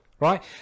Right